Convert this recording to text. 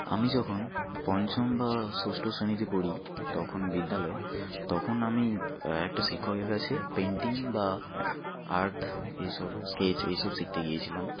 আমি যখন পঞ্চম বা ষষ্ট শ্রেণীতে পড়ি তখন বিদ্যালয় তখন আমি একটা শিক্ষকের কাছে পেন্টিং বা আর্ট এই সব স্কেচ এই সব শিখতে গিয়েছিলাম